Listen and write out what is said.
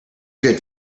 good